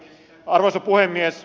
arvoisa puhemies